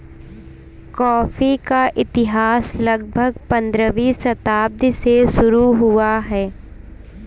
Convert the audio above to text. coffee का इतिहास लगभग पंद्रहवीं शताब्दी से शुरू हुआ है